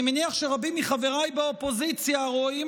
אני מניח שרבים מחבריי באופוזיציה רואים